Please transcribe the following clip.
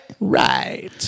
Right